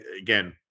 again